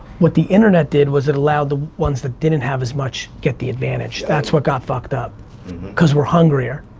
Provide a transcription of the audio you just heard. what the internet did was it allowed the ones that didn't have as much get the advantage, that's what got fucked up cause we're hungrier.